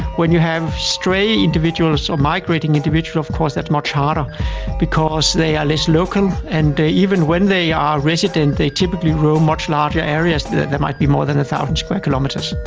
when you have stray individuals or migrating individual of course that's much harder because they are less local. and even when they are resident they typically roam much larger areas that might be more than a thousand square kilometres.